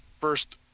first